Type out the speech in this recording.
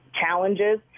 challenges